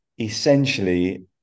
essentially